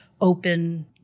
open